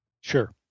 Sure